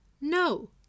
no